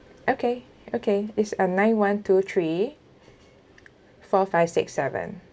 okay okay is a nine one two three four five six seven